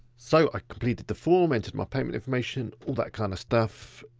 so, i completed the form, entered my payment information, all that kind of stuff.